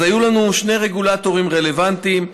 אז היו לנו שני רגולטורים רלוונטיים,